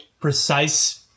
precise